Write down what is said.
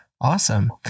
Awesome